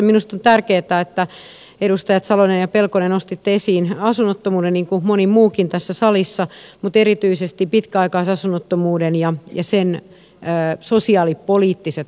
minusta on tärkeätä edustajat salonen ja pelkonen että nostitte esiin asunnottomuuden niin kuin moni muukin tässä salissa mutta erityisesti pitkäaikaisasunnottomuuden ja sen sosiaalipoliittiset ulottuvuudet